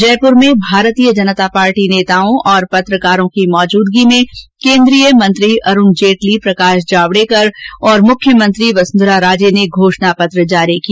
जयपुर में भारतीय जनता पार्टी नेताओं और पत्रकारों की उपस्थिति में केन्द्रीय मंत्री अरूण जेटली प्रकाश जावड़ेकर तथा राजस्थान की मुख्यमंत्री वसुन्धरा राजे ने घोषणा पत्र जारी किया